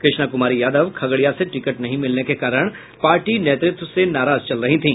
कृष्णा कुमारी यादव खगड़िया से टिकट नहीं मिलने के कारण पार्टी नेतृत्व से नाराज चल रही थी